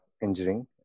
engineering